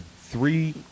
three